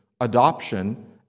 adoption